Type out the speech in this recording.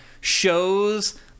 shows